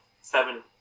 seven